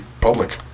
public